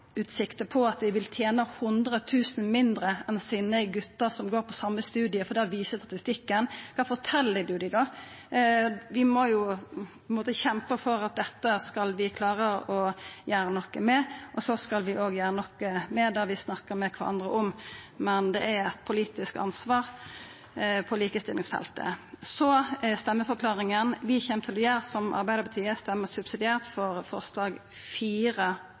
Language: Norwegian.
at dei vil tena 100 000 kr mindre enn gutane som går på same studiet, for det viser statistikken, kva fortel ein dei då? Vi må kjempa for å klara å gjera noko med dette, og så skal vi òg gjera noko med det vi snakkar med kvarandre om. Men det er eit politisk ansvar på likestillingsfeltet. Så til stemmeforklaringa: Vi kjem til å gjera som Arbeidarpartiet og stemma subsidiært for forslag